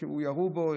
ירו בו.